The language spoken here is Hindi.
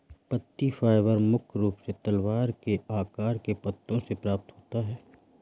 पत्ती फाइबर मुख्य रूप से तलवार के आकार के पत्तों से प्राप्त होता है